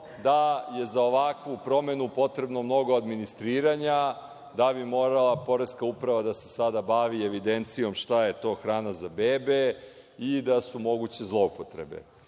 da je za ovakvu promenu potrebno mnogo administriranja da bi morala poreska uprava da se sada bavi evidencijom šta je to hrana za bebe i da su moguće zloupotrebe.